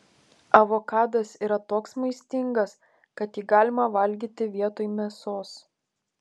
avokadas yra toks maistingas kad jį galima valgyti vietoj mėsos